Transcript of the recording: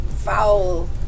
Foul